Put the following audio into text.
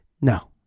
No